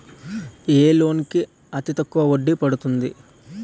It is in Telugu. ఏ లోన్ కి అతి తక్కువ వడ్డీ పడుతుంది?